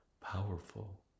powerful